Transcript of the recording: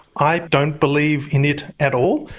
i don't believe in it at all.